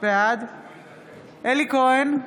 בעד אלי כהן,